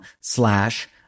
slash